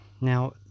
Now